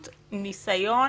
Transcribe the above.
run,